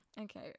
okay